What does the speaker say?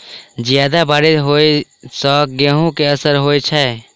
जियादा बारिश होइ सऽ गेंहूँ केँ असर होइ छै?